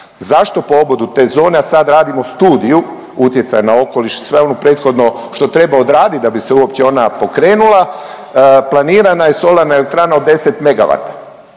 razumije./… te zone, a sad radimo studiju utjecaja na okoliš i sve ono prethodno što treba odraditi da bi uopće pokrenula. Planirana je solarna elektrana od 10 od